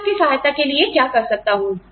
मैं आपकी सहायता के लिए क्या कर सकता हूँ